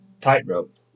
tightrope